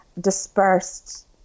dispersed